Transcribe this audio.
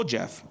Jeff